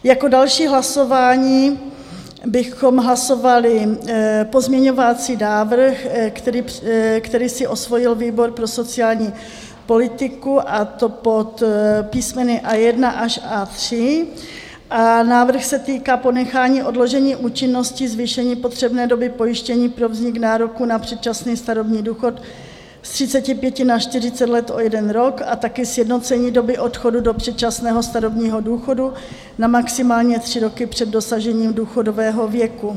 Jako další hlasování bychom hlasovali pozměňovací návrh, který si osvojil výbor pro sociální politiku, a to pod písmeny A1 až A3 a návrh se týká ponechání odložení účinnosti, zvýšení potřebné doby pojištění pro vznik nároku na předčasný starobní důchod z 35 na 40 let o jeden rok a taky sjednocení doby odchodu do předčasného starobního důchodu na maximálně tři roky před dosažením důchodového věku.